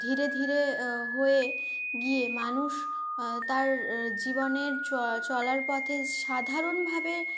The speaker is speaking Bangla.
ধীরে ধীরে হয়ে গিয়ে মানুষ তার জীবনের চলার পথে সাধারণভাবে